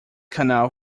canal